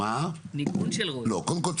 קודם כל,